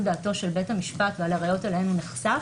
דעתו של בית המשפט ועל הראיות שאליהן הוא נחשף,